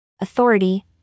Authority